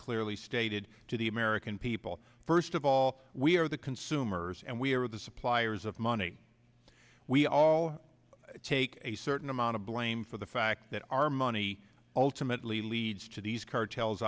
clearly stated to the american people first of all we are the consumers and we are the suppliers of money we all take a certain amount of blame for the fact that our money ultimately leads to these cartels